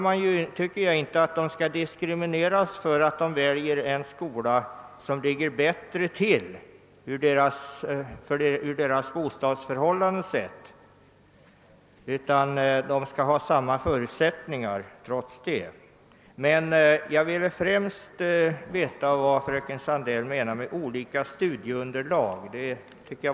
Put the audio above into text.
Jag tycker inte att någon skall diskrimineras därför att han väljer den skola som ligger närmast bostaden, utan han bör ha samma förutsättningar att erhålla studiebidrag.